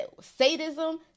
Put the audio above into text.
sadism